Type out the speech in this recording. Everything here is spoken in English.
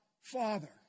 Father